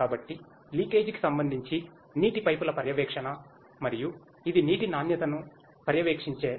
కాబట్టి లీకేజీకి సంబంధించి నీటి పైపుల పర్యవేక్షణ మరియు ఇది నీటి నాణ్యతను పర్యవేక్షించే